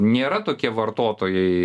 nėra tokie vartotojai